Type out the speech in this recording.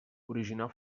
originar